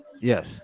Yes